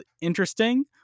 interesting